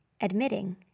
admitting